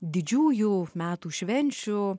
didžiųjų metų švenčių